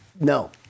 No